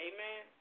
Amen